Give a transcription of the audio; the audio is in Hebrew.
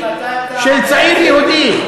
של צעיר יהודי.